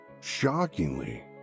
Shockingly